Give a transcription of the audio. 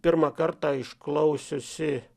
pirmą kartą išklausiusi